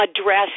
address